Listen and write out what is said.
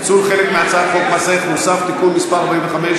פיצול הצעת חוק מס ערך מוסף (תיקון מס' 45),